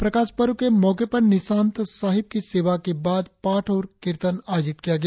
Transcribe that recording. प्रकाश पर्व के मौके पर निशांत साहिब के सेवा के बाद पाठ और कीर्तन आयोजित किया गया